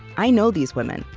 i know these women,